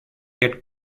get